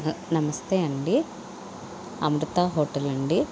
నమస్తే అండి అమృత హోటలండి